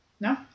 No